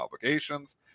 obligations